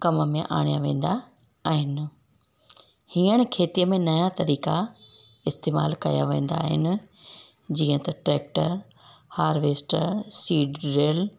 कम में आणिया वेंदा आहिनि हींअर खेतीअ में नया तरीक़ा इस्तेमालु कया वेंदा आहिनि जीअं त ट्रैक्टर हार्वेस्टर सीड ड्रिल